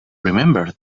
remember